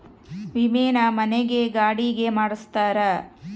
ವಿಮೆನ ಮನೆ ಗೆ ಗಾಡಿ ಗೆ ಮಾಡ್ಸ್ತಾರ